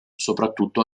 soprattutto